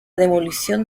demolición